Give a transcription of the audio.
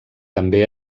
també